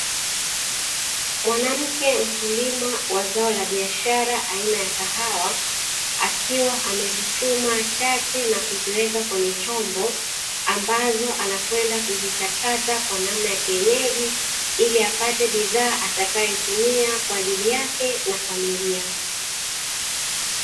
Mwanamke mkulima wa zao la biashara aina ya kahawa akiwa amezichuma chache na kuziweka kwenye chombo, ambazo anakwenda kuzichakata kwa namna ya kienyeji ili apate bidhaa atakayoitumia kwa ajili yake na familia.